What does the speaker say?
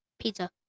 Pizza